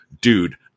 dude